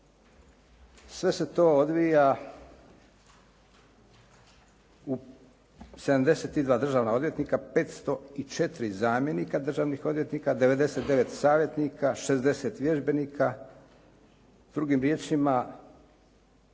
Sve se to odvija u 72 državna odvjetnika, 504 zamjenika državnih odvjetnika, 99 savjetnika, 60 vježbenika. Drugim riječima